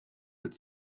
but